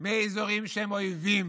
מאזורים שהם אויבים